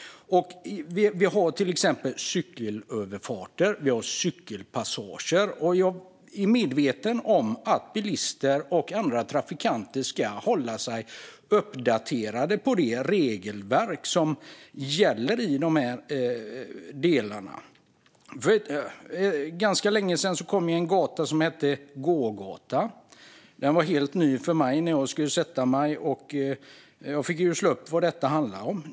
Vi har till exempel cykelöverfarter och cykelpassager. Jag är medveten om att bilister och andra trafikanter ska hålla sig uppdaterade om det regelverk som gäller i dessa delar. För ganska länge sedan kom en gata som hette gågata. Den var helt ny för mig. Jag fick slå upp vad det handlade om.